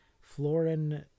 Florin